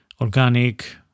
organic